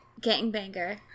gangbanger